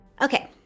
Okay